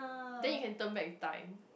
then you can turn back time